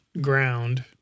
ground